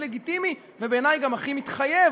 זה הכי לגיטימי, ובעיני גם הכי מתחייב